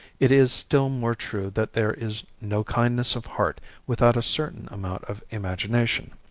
it is still more true that there is no kindness of heart without a certain amount of imagination.